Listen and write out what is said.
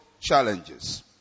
challenges